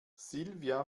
silvia